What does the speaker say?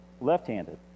Left-handed